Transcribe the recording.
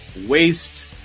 waste